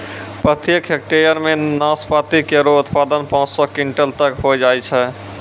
प्रत्येक हेक्टेयर म नाशपाती केरो उत्पादन पांच सौ क्विंटल तक होय जाय छै